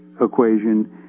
equation